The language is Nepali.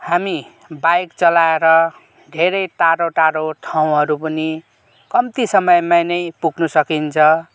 हामी बाइक चलाएर धेरै टाढो टाढो ठाउँहरू पनि कम्ती समयमा नै पुग्न सकिन्छ